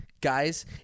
Guys